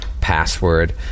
password